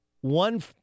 One